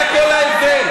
זה כל ההבדל.